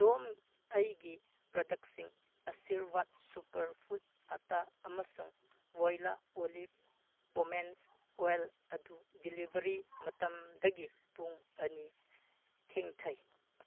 ꯑꯗꯣꯝ ꯑꯩꯒꯤ ꯄ꯭ꯔꯗꯛꯁꯤꯡ ꯑꯥꯁꯤꯔꯋꯥꯠ ꯁꯨꯄꯔ ꯐꯨꯠ ꯑꯥꯇꯥ ꯑꯃꯁꯨꯡ ꯕꯣꯏꯂꯥ ꯑꯣꯂꯤꯞ ꯄꯣꯃꯦꯟꯁ ꯑꯣꯏꯜ ꯑꯗꯨ ꯗꯤꯂꯤꯕꯔꯤ ꯃꯇꯝꯗꯒꯤ ꯄꯨꯡ ꯑꯅꯤ ꯊꯦꯡꯊꯩ